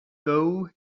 though